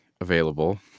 available